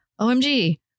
OMG